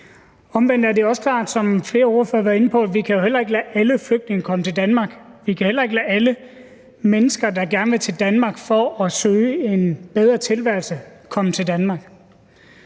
været inde på – at vi heller ikke kan lade alle flygtninge komme til Danmark. Vi skal heller ikke lade alle mennesker, der gerne vil til Danmark for at søge en bedre tilværelse, komme til Danmark.